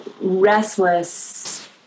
restless